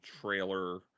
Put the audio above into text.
trailer